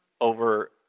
over